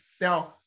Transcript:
Now